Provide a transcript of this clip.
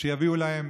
שיביאו להם